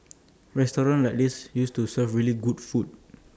restaurants like these used to serve really good food